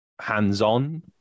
hands-on